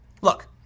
Look